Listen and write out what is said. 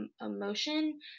emotion